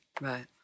Right